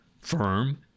firm